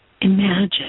imagine